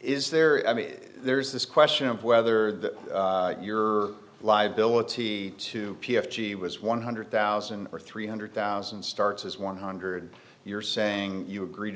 is there i mean there's this question of whether that your liability to p s g was one hundred thousand or three hundred thousand starts is one hundred you're saying you agreed